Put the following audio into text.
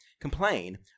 complain